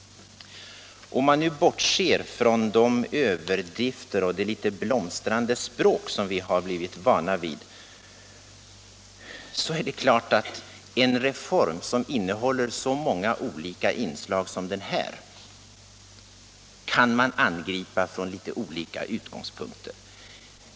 Om vi bortser från de överdrifter och det litet blomstrande språk som vi har blivit vana vid när det gäller herr Zachrisson är det klart att en reform som innehåller så många olika inslag som denna kan man angripa från litet olika utgångspunkter.